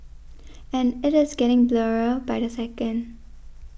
and it is getting blurrier by the second